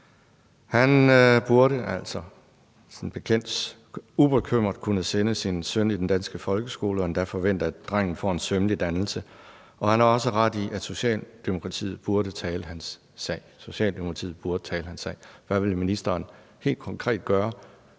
»Han burde ubekymret kunne sende sin søn i den danske folkeskole og endda forvente, at drengen får en sømmelig dannelse. Og han har også ret i, at Socialdemokratiet burde tale hans sag.« – »Socialdemokratiet burde tale